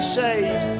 saved